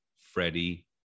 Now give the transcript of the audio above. Freddie